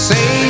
Say